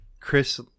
Chris